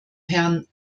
herrn